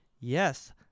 Yes